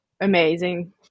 amazing